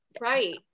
right